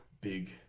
big